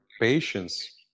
patience